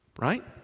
Right